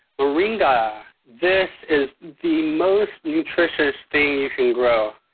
moringa this is the most nutritious thing you can grow.